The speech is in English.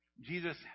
Jesus